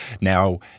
Now